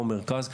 מרכז ודרום,